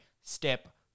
step